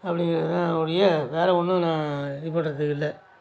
அப்படிங்கறது தான் ஒழிய வேறு ஒன்றும் நான் இது பண்ணுறதுக்கு இல்லை